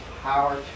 power